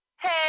Hey